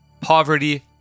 Poverty